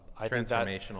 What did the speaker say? Transformational